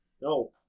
no